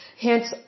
Hence